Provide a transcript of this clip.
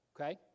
Okay